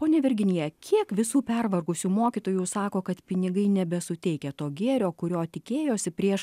ponia virginija kiek visų pervargusių mokytojų sako kad pinigai nebesuteikia to gėrio kurio tikėjosi prieš